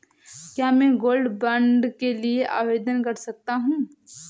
क्या मैं gold bond के लिए आवेदन कर सकता हूं?